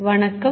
வணக்கம்